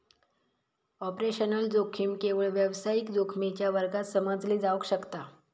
operational जोखीम केवळ व्यावसायिक जोखमीच्या वर्गात समजली जावक शकता